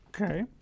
Okay